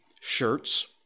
shirts